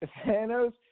Thanos